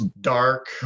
dark